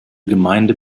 gemeinde